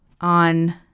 on